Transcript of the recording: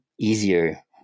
easier